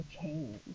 change